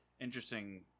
interesting